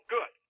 Good